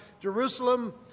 Jerusalem